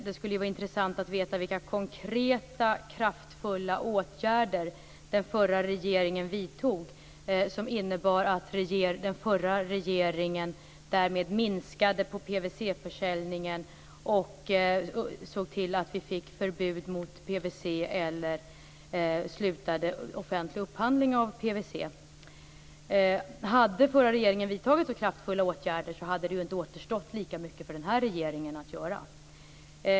Det skulle vara intressant att veta vilka konkreta kraftfulla åtgärder den förra regeringen vidtog som innebar att regeringen såg till att PVC-försäljningen minskade, såg till att vi fick förbud mot PVC och slutade offentlig upphandling av PVC. Hade den förra regeringen vidtagit kraftfulla åtgärder hade det inte återstått lika mycket för den här regeringen att göra.